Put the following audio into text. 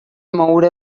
moure